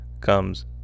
comes